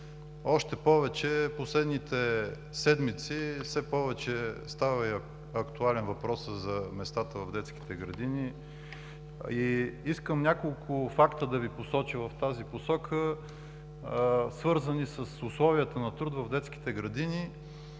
още повече в последните седмици все повече става актуален въпросът за местата в детските градини. Искам да Ви посоча няколко факта в тази посока, свързани с условията на труд в детските гради,